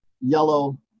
yellow